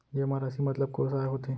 जेमा राशि मतलब कोस आय होथे?